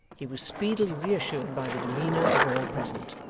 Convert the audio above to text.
he was speedily reassured by the demeanour of all present.